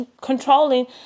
controlling